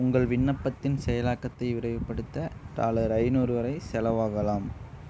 உங்கள் விண்ணப்பத்தின் செயலாக்கத்தை விரைவுபடுத்த டாலர் ஐந்நூறு வரை செலவாகலாம்